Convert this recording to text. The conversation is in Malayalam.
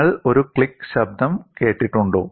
നിങ്ങൾ ഒരു ക്ലിക്ക് ശബ്ദം കേട്ടിട്ടുണ്ടോ